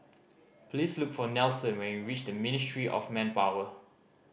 please look for Nelson when you reach Ministry of Manpower